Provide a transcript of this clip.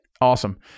Awesome